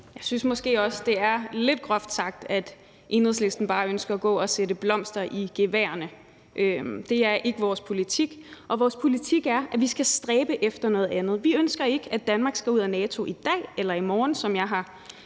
Jeg synes måske også, det er lidt groft sagt, at Enhedslisten bare ønsker at gå og sætte blomster i geværerne. Det er ikke vores politik. Vores politik er, at vi skal stræbe efter noget andet. Vi ønsker ikke, at Danmark skal ud af NATO i dag eller i morgen, som jeg har